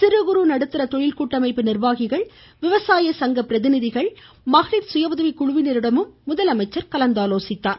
சிறுகுறு நடுத்தர தொழில் கூட்டமைப்பு நிர்வாகிகள் விவசாய சங்க பிரதிநிகள் மகளிர் சுயஉதவிக்குழுவினரிடமும் முதலமைச்சர் கலந்தாலோசித்தார்